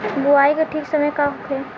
बुआई के ठीक समय का होखे?